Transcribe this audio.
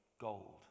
gold